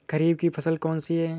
खरीफ की फसल कौन सी है?